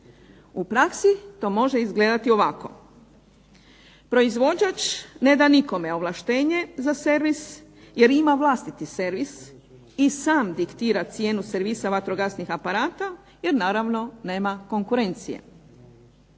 U praksi to može izgledati ovako: proizvođač ne da nikome ovlaštenje za servis jer ima vlastiti servis i sam diktira cijenu servisa vatrogasnih aparata jer naravno nema konkurencije.